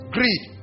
Greed